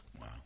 Wow